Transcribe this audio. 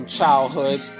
childhood